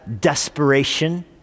desperation